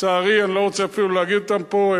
לצערי, אני אפילו לא רוצה להגיד אותם פה.